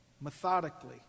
methodically